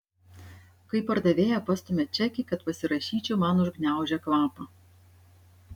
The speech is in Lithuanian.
kai pardavėja pastumia čekį kad pasirašyčiau man užgniaužia kvapą